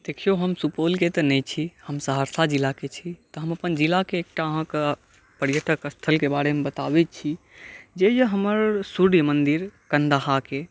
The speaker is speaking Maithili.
देखियौ हम सुपौलके तऽ नहि छी हम सहरसा जिलाके छी तऽ हम अपन जिलाके एकटा अहाँके पर्यटक स्थलके बारेमे बताबै छी जे हमर सूर्य मन्दिर कन्दाहाके